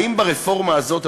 האם ברפורמה הזאת,